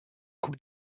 coupe